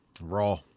Raw